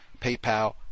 PayPal